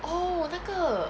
oh 那个